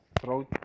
throat